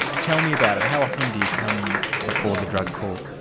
ah tell me about it, how often do you come before the drug court?